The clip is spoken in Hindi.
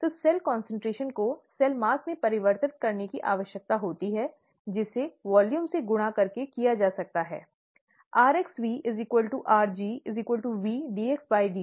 तो सेल कंसंट्रेशन को सेल द्रव्यमान में परिवर्तित करने की आवश्यकता होती है जिसे वॉल्यूम से गुणा करके किया जा सकता है rxV rg V dxdt